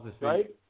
right